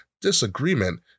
disagreement